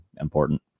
important